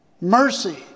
Mercy